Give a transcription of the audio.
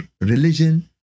religion